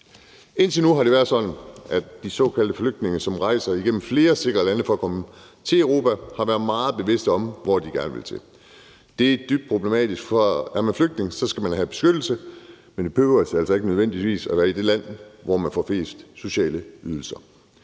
Indtil nu har det været sådan, at de såkaldte flygtninge, som rejser igennem flere sikre lande for at komme til Europa, har været meget bevidste om, hvor de gerne ville til. Det er dybt problematisk, for er man flygtning, skal man have beskyttelse, men det behøver altså ikke nødvendigvis at være i det land, hvor man får flest sociale ydelser.